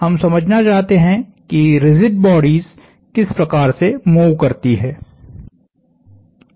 हम समझना चाहते हैं कि रिजिड बॉडीज किस प्रकार से मूव करती हैं